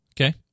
Okay